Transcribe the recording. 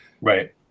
right